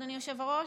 אדוני היושב-ראש?